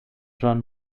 john